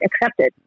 accepted